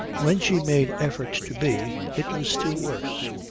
when she made efforts to be it was still worse.